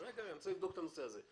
אני רוצה לבדוק את הנושא הזה.